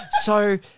So-